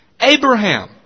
Abraham